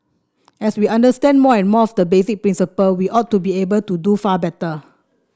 as we understand more and more of the basic principles we ought to be able to do far better